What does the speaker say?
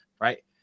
right